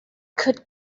could